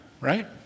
right